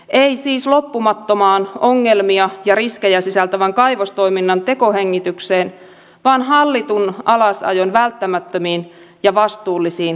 ei siis loppumattomaan ongelmia ja riskejä sisältävän kaivostoiminnan tekohengitykseen vaan hallitun alasajon välttämättömiin ja vastuullisiin toimiin